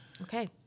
Okay